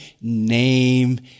name